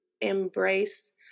embrace